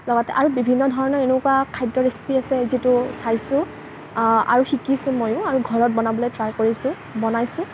লগতে আৰু বিভিন্ন ধৰণৰ এনেকুৱা খাদ্যৰ ৰেচিপি আছে যিটো চাইছোঁ আৰু শিকিছোঁ মইও আৰু ঘৰত বনাবলৈ ট্ৰাই কৰিছোঁ বনাইছোঁ